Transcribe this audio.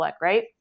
right